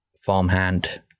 Farmhand